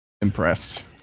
Impressed